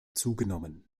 zugenommen